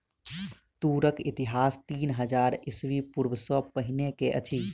तूरक इतिहास तीन हजार ईस्वी पूर्व सॅ पहिने के अछि